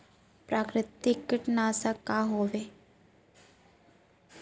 प्राकृतिक कीटनाशक का हवे?